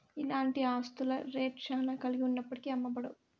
ఇలాంటి ఆస్తుల రేట్ శ్యానా కలిగి ఉన్నప్పటికీ అమ్మబడవు